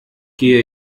gehe